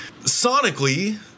Sonically